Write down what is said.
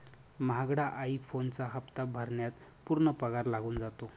महागडा आई फोनचा हप्ता भरण्यात पूर्ण पगार लागून जातो